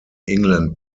england